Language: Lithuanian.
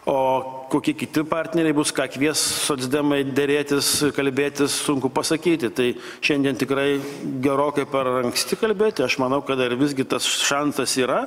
o kokie kiti partneriai bus ką kvies socdemai derėtis kalbėtis sunku pasakyti tai šiandien tikrai gerokai per anksti kalbėti aš manau kad dar visgi tas šansas yra